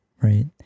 Right